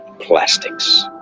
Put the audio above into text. Plastics